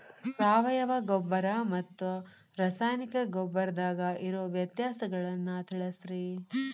ಸಾವಯವ ಗೊಬ್ಬರ ಮತ್ತ ರಾಸಾಯನಿಕ ಗೊಬ್ಬರದಾಗ ಇರೋ ವ್ಯತ್ಯಾಸಗಳನ್ನ ತಿಳಸ್ರಿ